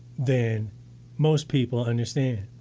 than most people understand